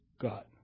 God